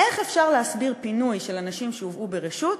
איך אפשר להסביר פינוי של אנשים שהובאו ברשות,